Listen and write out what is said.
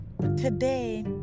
today